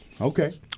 Okay